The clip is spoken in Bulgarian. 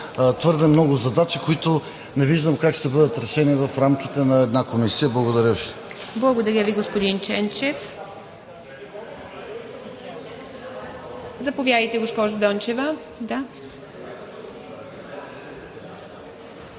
твърде много задачи, които не виждам как ще бъдат решени в рамките на една комисия. Благодаря Ви. ПРЕДСЕДАТЕЛ ИВА МИТЕВА: Благодаря Ви, господин Ченчев. Заповядайте, госпожо Дончева.